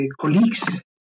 colleagues